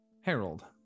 Harold